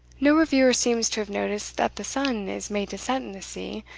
no reviewer seems to have noticed that the sun is made to set in the sea,